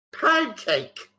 pancake